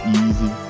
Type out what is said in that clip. easy